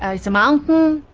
ah it's a mountain.